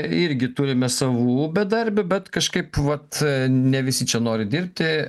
irgi turime savų bedarbių bet kažkaip vat ne visi čia nori dirbti